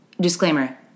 disclaimer